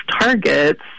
targets